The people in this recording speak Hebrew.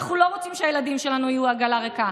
אנחנו לא רוצים שהילדים שלנו יהיו עגלה ריקה.